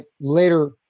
later